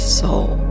soul